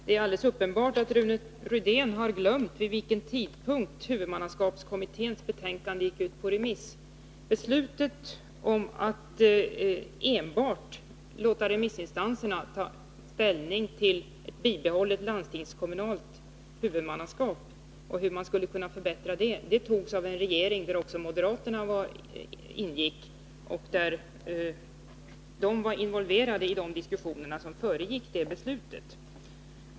Herr talman! Det är alldeles uppenbart att Rune Rydén har glömt vid vilken tidpunkt huvudmannaskapskommitténs betänkande gick ut på remiss. Beslutet om att låta remissinstanserna ta ställning till enbart ett bibehållet landstingskommunalt huvudmannaskap och hur utbildningen i ett sådant läge skulle kunna förbättras togs av en regering där också moderaterna ingick. De var alltså involverade i de diskussioner som föregick detta beslut.